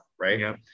right